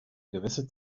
gewisse